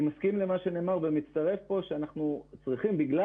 אני מסכים למה שנאמר שאנחנו צריכים בגלל